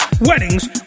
weddings